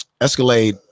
Escalade